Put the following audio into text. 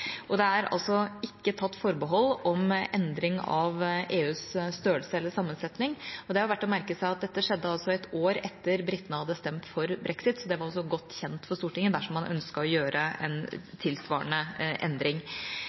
Det er ikke tatt forbehold om endring av EUs størrelse eller sammensetning, og det er verdt å merke seg at dette skjedde et år etter at britene hadde stemt for brexit, så det var godt kjent for Stortinget dersom man ønsket å gjøre en tilsvarende endring.